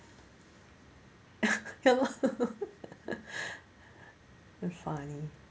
ya lor very funny